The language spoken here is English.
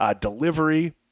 delivery